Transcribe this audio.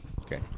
Okay